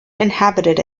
inhabited